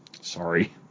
Sorry